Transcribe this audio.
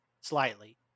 slightly